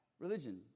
religion